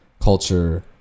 Culture